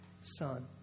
Son